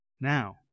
Now